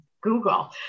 Google